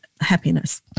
happiness